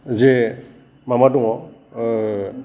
जे माबा दङ